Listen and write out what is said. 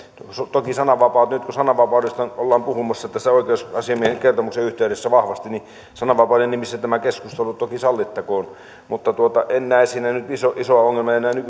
toki nyt kun sananvapaudesta ollaan puhumassa tässä oikeusasiamiehen kertomuksen yhteydessä vahvasti niin sananvapauden nimissä tämä keskustelu toki sallittakoon mutta en näe siinä nyt isoa isoa ongelmaa ja nämä